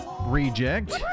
reject